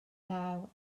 naw